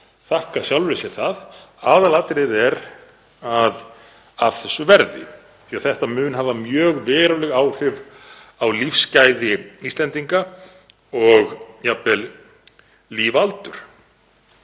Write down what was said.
þakka sjálfri sér það. Aðalatriðið er að af þessu verði því að þetta mun hafa mjög veruleg áhrif á lífsgæði Íslendinga og jafnvel lífaldur.